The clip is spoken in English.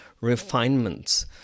refinements